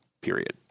period